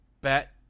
bet